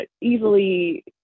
easily